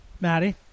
Maddie